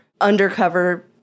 undercover